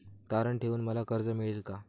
तारण ठेवून मला कर्ज मिळेल का?